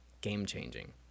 game-changing